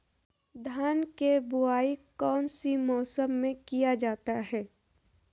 धान के बोआई कौन सी मौसम में किया जाता है?